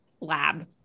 lab